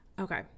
okay